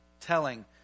telling